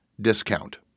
discount